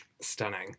Stunning